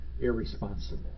irresponsible